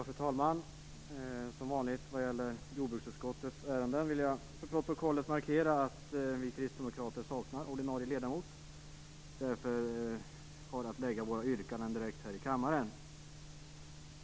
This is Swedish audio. Fru talman! Som vanligt när det gäller jordbruksutskottets ärenden vill jag för protokollet markera att vi kristdemokrater saknar ordinarie ledamot. Därför måste vi framlägga våra yrkanden direkt här i kammaren.